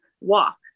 walk